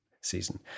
season